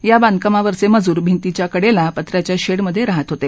या बांधकामावरचे मजूर भिंतीच्याकडेला पत्र्याच्या शेडमध्ये राहात होते